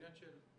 זה עניין של שנים.